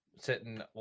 sitting